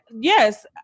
yes